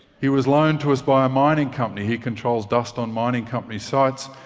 he was loaned to us by a mining company. he controls dust on mining company sites.